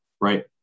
right